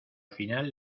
final